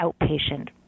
outpatient